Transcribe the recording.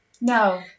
No